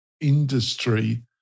industry